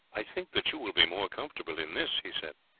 i think that you will be more comfortable in this, he said.